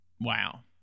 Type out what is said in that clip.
Wow